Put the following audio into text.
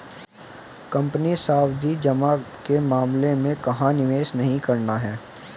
Company सावधि जमा के मामले में कहाँ निवेश नहीं करना है?